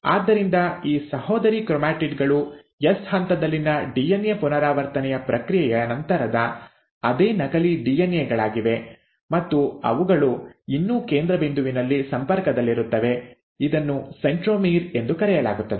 ಆದ್ದರಿಂದ ಈ ಸಹೋದರಿ ಕ್ರೊಮ್ಯಾಟಿಡ್ ಗಳು ಎಸ್ ಹಂತದಲ್ಲಿನ ಡಿಎನ್ಎ ಪುನರಾವರ್ತನೆಯ ಪ್ರಕ್ರಿಯೆಯ ನಂತರದ ಅದೇ ನಕಲಿ ಡಿಎನ್ಎ ಗಳಾಗಿವೆ ಮತ್ತು ಅವುಗಳು ಇನ್ನೂ ಕೇಂದ್ರ ಬಿಂದುವಿನಲ್ಲಿ ಸಂಪರ್ಕದಲ್ಲಿರುತ್ತವೆ ಇದನ್ನು ಸೆಂಟ್ರೊಮೀರ್ ಎಂದು ಕರೆಯಲಾಗುತ್ತದೆ